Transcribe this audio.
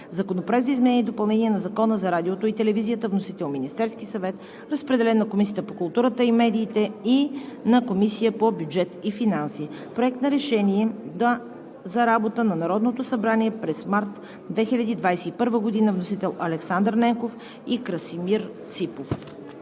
Законопроект за изменение и допълнение на Закона за радиото и телевизията. Вносител е Министерският съвет. Разпределен е на Комисията по културата и медиите и на Комисията по бюджет и финанси; Проект на решение за работата на Народното събрание през март 2021 г. Вносители са Александър Ненков и Красимир Ципов.